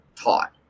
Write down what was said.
taught